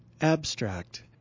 Abstract